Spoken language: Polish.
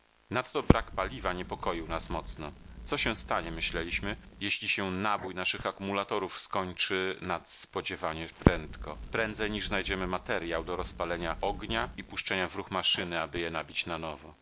wyżywi nadto brak paliwa niepokoił nas mocno co się stanie myśleliśmy jeśli się nabój naszych akumulatorów skończy nadspodziewanie prędko prędzej niż znajdziemy materjał do rozpalenia ognia i puszczenia w ruch maszyny aby je nabić na nowo